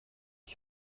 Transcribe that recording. ich